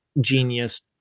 genius